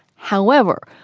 however,